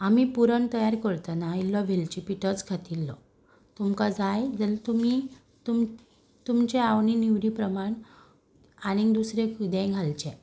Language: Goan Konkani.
आमी पुरण तयार करतना इल्लो वेलची पिठोच घातिल्लो तुमकां जाय जाल्यार तुमी तुम तुमचे आवडी निवडी प्रमाण आनीक दुसरें किदेंय घालचें